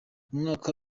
umwaka